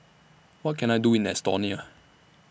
What Can I Do in Estonia